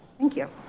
thank you.